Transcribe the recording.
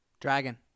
Dragon